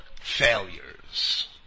failures